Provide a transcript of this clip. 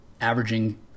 averaging